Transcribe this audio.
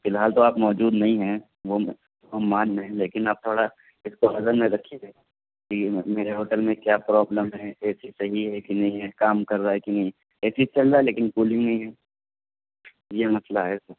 فی الحال تو آپ موجود نہیں ہیں وہ ہم وہ ہم مان رہے ہیں لیکن آپ تھوڑا اس کو نظر میں رکھیے کہ میرے ہوٹل میں کیا پرابلم ہے اے سی صحیح ہے کہ نہیں ہے کام کر رہا ہے کہ نہیں اے سی چل رہا ہے لیکن کولنگ نہیں ہے یہ مسئلہ ہے سر